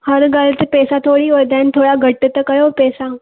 हर ॻाल्हि ते पैसा थोरी वधाइनि थोरा घटि त कयो पैसा